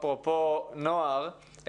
אפרופו נוער,